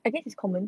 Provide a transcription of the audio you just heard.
I guess it's common